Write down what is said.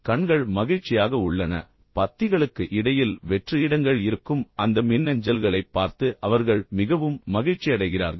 எனவே கண்கள் மகிழ்ச்சியாக உள்ளன பத்திகளுக்கு இடையில் வெற்று இடங்கள் இருக்கும் அந்த மின்னஞ்சல்களைப் பார்த்து அவர்கள் மிகவும் மகிழ்ச்சியடைகிறார்கள்